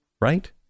Right